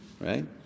right